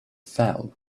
fell